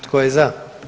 Tko je za?